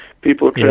people